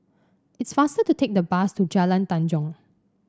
it's faster to take the bus to Jalan Tanjong